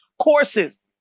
courses